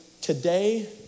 today